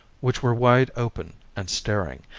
which were wide open and staring,